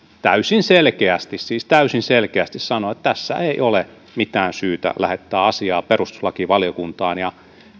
täysin selkeästi siis täysin selkeästi sanoi että tässä ei ole mitään syytä lähettää asiaa perustuslakivaliokuntaan ja